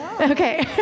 okay